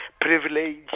privilege